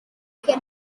che